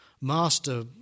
master